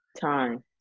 time